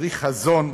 צריך חזון,